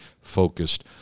focused